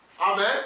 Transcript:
Amen